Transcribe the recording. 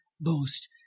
boast